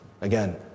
Again